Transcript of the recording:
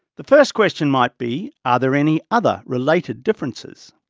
the first question might be are there any other related differences.